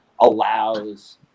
allows